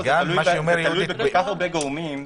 זה תלוי בכל כך הרבה גורמים.